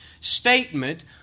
statement